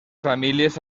famílies